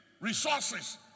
resources